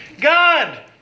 God